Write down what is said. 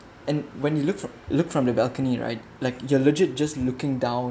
and when you look for look from the balcony right like you're legit just looking down